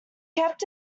kept